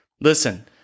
Listen